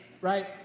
right